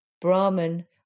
Brahman